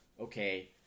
okay